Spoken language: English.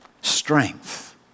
strength